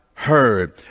Heard